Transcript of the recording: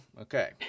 Okay